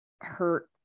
hurt